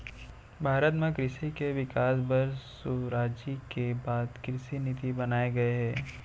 भारत म कृसि के बिकास बर सुराजी के बाद कृसि नीति बनाए गये हे